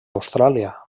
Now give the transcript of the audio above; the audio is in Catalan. austràlia